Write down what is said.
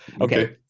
okay